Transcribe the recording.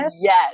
Yes